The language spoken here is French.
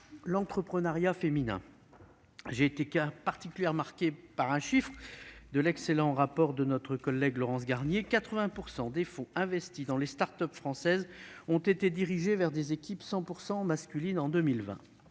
l'entrepreneuriat féminin. J'ai été particulièrement marqué par un chiffre mentionné dans l'excellent rapport de notre collègue Laurence Garnier : 80 % des fonds investis dans les start-up françaises ont été dirigés vers des équipes intégralement masculines en 2020.